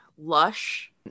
lush